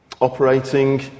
operating